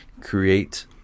create